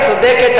את צודקת.